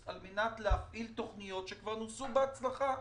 על מנת להפעיל תכניות שכבר נוסו בהצלחה.